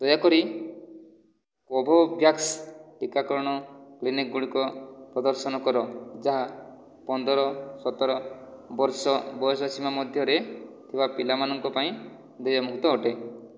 ଦୟାକରି କୋଭୋଭ୍ୟାକ୍ସ ଟିକାକରଣ କ୍ଲିନିକ୍ ଗୁଡ଼ିକ ପ୍ରଦର୍ଶନ କର ଯାହା ପନ୍ଦର ସତର ବର୍ଷ ବୟସ ସୀମା ମଧ୍ୟରେ ଥିବା ପିଲାମାନଙ୍କ ପାଇଁ ଦେୟମୁକ୍ତ ଅଟେ